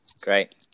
great